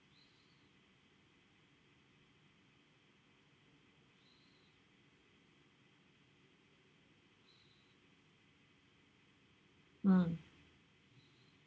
mm